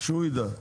שהוא ידע,